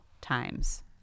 times